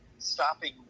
Stopping